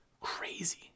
Crazy